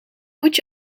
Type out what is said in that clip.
moet